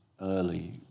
early